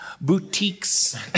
boutiques